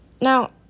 Now